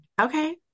okay